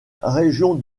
région